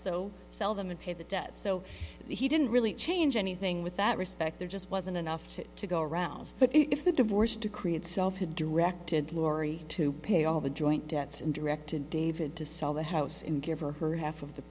so sell them and pay the debt so he didn't really change anything with that respect there just wasn't enough to go around but if the divorce to create self had directed lori to pay all the joint debts and directed david to sell the house in care for her half of the